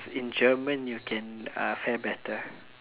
in German you can uh fare better